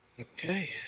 Okay